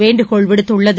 வேண்டுகோள் விடுத்துள்ளது